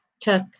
took